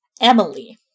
Emily